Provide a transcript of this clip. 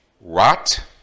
rot